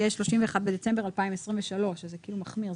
יהיה 31 בדצמבר 2023. זה כאילו מחמיר,